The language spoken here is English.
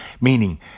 Meaning